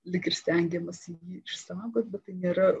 lyg ir stengiamasi jį išsaugot bet tai nėra